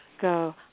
go